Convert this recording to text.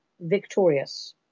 victorious